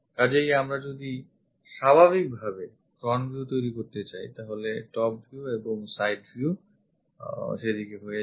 কাজেই আমরা যদি স্বাভাবিকভাবে Front view তৈরি করতে চাই তাহলে top view এবং side view সেদিকে হয়ে যায়